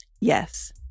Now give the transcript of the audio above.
yes